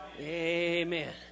Amen